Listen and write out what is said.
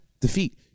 defeat